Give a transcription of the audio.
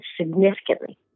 significantly